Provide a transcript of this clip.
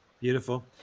beautiful